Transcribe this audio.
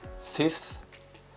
Fifth